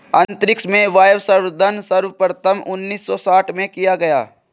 अंतरिक्ष में वायवसंवर्धन सर्वप्रथम उन्नीस सौ साठ में किया गया